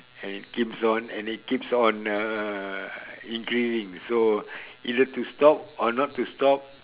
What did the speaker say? and it keeps on and it keeps on uh increasing so either to stop or not to stop